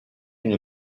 une